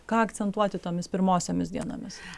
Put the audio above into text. ką akcentuoti tomis pirmosiomis dienomis